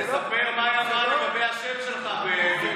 תספר מה היה לגבי השם שלך בגימטרייה.